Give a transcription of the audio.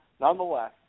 nonetheless